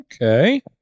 Okay